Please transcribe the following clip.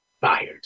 fired